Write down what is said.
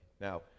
Now